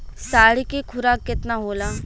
साढ़ के खुराक केतना होला?